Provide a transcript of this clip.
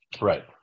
Right